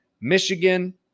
Michigan